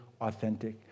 authentic